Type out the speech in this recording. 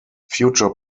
future